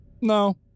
No